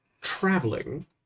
traveling